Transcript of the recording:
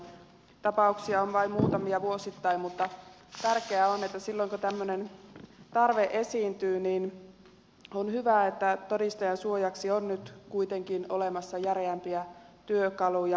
tapauksia on vain muutamia vuosittain mutta tärkeää on että silloin kun tämmöinen tarve esiintyy niin todistajan suojaksi on nyt kuitenkin olemassa järeämpiä työkaluja tämä on hyvä